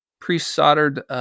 pre-soldered